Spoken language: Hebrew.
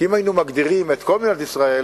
כי אם היינו מגדירים את כל מדינת ישראל